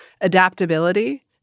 adaptability